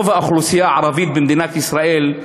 רוב האוכלוסייה הערבית במדינת ישראל,